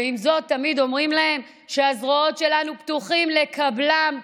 ועם זאת תמיד אומרים להם שהזרועות שלנו פתוחות לקבלם כאן,